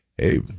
Hey